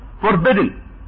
forbidden